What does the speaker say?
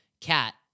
Cat